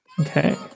Okay